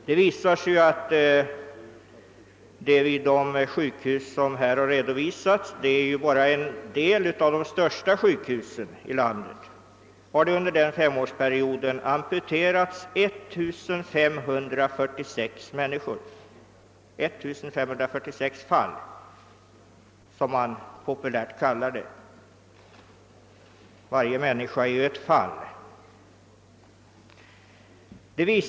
Det framgår att vid de redovisade sjukhusen — det är bara en del av de största sjukhusen i landet — har under den aktuella femårsperioden amputerats 1546 människor eller »fall», som det heter; varje människa är ju ett fall.